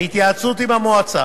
בהתייעצות עם המועצה,